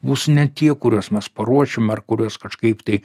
bus ne tie kuriuos mes paruošim ar kuriuos kažkaip tai